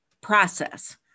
process